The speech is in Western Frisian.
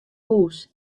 hús